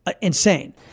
insane